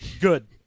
good